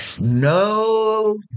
No